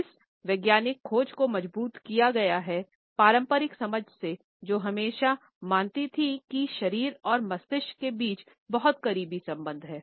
इस वैज्ञानिक खोज को मजबूत किया गया है पारंपरिक समझ से जो हमेशा मानती थी कि शरीर और मस्तिष्क के बीच बहुत करीबी संबंध है